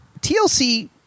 TLC